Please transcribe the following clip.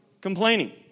complaining